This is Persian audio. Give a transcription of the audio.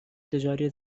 تجاری